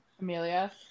Amelia